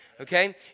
Okay